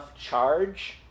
charge